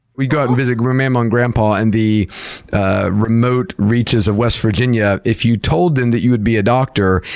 we'd go out and visit mamaw and grandpa in and the ah remote reaches of west virginia. if you told them that you would be a doctor,